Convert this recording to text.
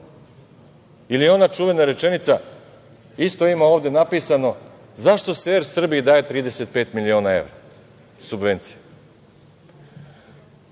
ona čuvena rečenica, isto ima ovde napisano – zašto se „Er Srbiji“ daje 35 miliona evra subvencija?